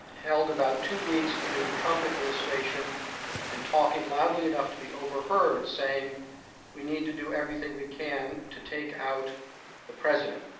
held about two weeks into the trump administration and talking loudly enough to be over heard saying we need to do everything we can to take out the president